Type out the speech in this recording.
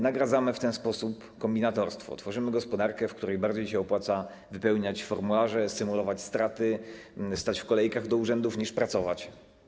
Nagradzamy w ten sposób kombinatorstwo, tworzymy gospodarkę, w której bardziej opłaca się wypełniać formularze, symulować straty, stać w kolejkach do urzędów, niż pracować.